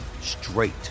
straight